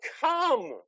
come